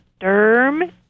derm